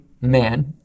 man